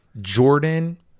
Jordan